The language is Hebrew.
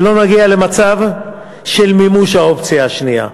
שלא נגיע למצב של מימוש האופציה השנייה.